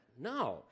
No